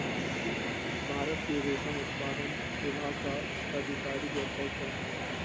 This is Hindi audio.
भारत के रेशम उत्पादन विभाग का आधिकारिक वेबसाइट क्या है?